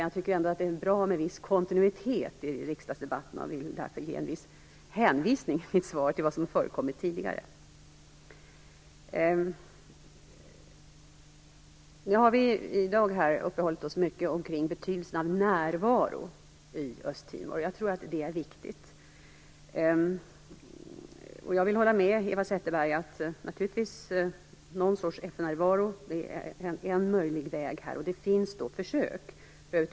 Jag tycker att det är bra med en viss kontinuitet i riksdagsdebatterna och ville därför ge en hänvisning i mitt svar till vad som har förekommit tidigare. Nu har vi i dag uppehållit oss mycket kring betydelsen av närvaro i Östtimor, och det är viktigt. Jag håller med Eva Zetterberg om att någon sorts FN närvaro självfallet är en möjlig väg.